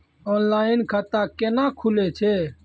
Online खाता केना खुलै छै?